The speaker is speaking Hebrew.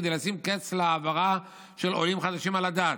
כדי לשים קץ להעברה של עולים חדשים על הדת.